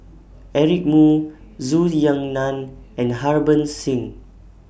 Eric Moo Zhou Ying NAN and Harbans Singh